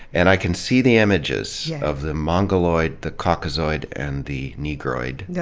and i can see the images of the mongoloid, the caucasoid, and the negroid. yeah